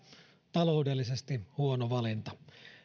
taloudellisesti huono valinta